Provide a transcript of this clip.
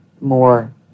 more